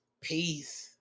Peace